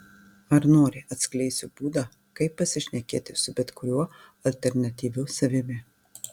ar nori atskleisiu būdą kaip pasišnekėti su bet kuriuo alternatyviu savimi